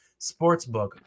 sportsbook